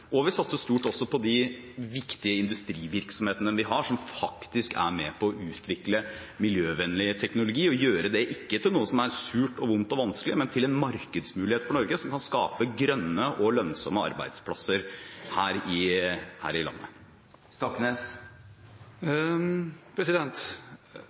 og vi satser stort også på de viktige industrivirksomhetene vi har. De er faktisk med på å utvikle miljøvennlig teknologi og gjøre det til ikke noe som er surt, vondt og vanskelig, men til en markedsmulighet for Norge som kan skape grønne og lønnsomme arbeidsplasser her i landet. Statsråden har kanskje ikke fått med seg at i